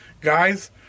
guys